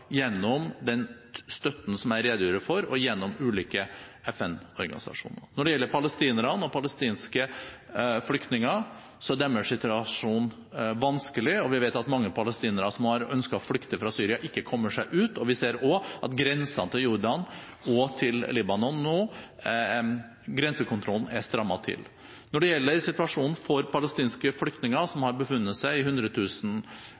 gjennom den støtten som jeg redegjorde for, og gjennom ulike FN-organisasjoner. Når det gjelder palestinerne og palestinske flyktninger, er deres situasjon vanskelig. Vi vet at mange palestinere som har ønsket å flykte fra Syria, ikke kommer seg ut, og vi ser også at kontrollen ved grensene til Jordan og til Libanon nå er strammet til. Når det gjelder situasjonen for palestinske flyktninger som